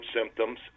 symptoms